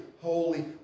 holy